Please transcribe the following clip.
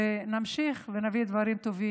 ושנמשיך ונביא דברים טובים.